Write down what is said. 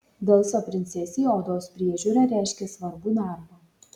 velso princesei odos priežiūra reiškė svarbų darbą